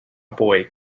boy